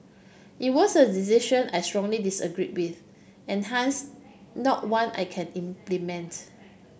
it was a decision I strongly disagreed with and hence not one I can implements